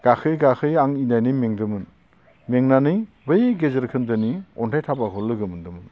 गाखोयै गाखोयै आं इनायनो मेंदोंमोन मेंनानै बै गेजेर खोन्दोनि अन्थाइ थाफाखौ लोगो मोन्दोंमोन